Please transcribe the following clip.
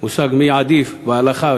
מי עדיף בהלכה,